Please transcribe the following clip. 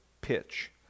pitch